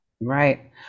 Right